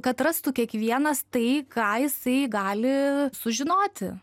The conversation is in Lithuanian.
kad rastų kiekvienas tai ką jisai gali sužinoti